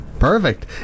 Perfect